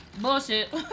Bullshit